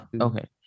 Okay